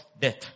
death